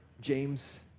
James